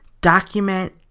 document